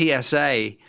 TSA